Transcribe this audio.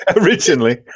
Originally